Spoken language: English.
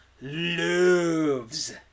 loves